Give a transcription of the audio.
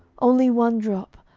only one drop!